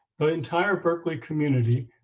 the entire berkeley community,